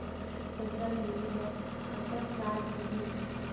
पैसा भेजे बर कतक चार्ज लगही?